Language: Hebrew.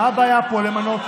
מה הבעיה פה למנות?